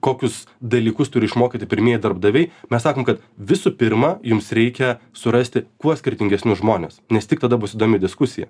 kokius dalykus turi išmokyti pirmieji darbdaviai mes sakom kad visų pirma jums reikia surasti kuo skirtingesnius žmones nes tik tada bus įdomi diskusija